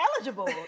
eligible